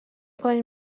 کنید